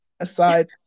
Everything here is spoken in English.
Aside